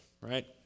right